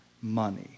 money